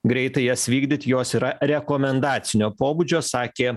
greitai jas vykdyt jos yra rekomendacinio pobūdžio sakė